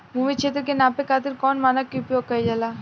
भूमि क्षेत्र के नापे खातिर कौन मानक के उपयोग कइल जाला?